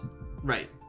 Right